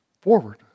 forward